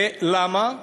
ולמה?